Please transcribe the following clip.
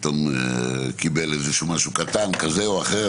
פתאום אדם קיבל משהו קטן כזה או אחר,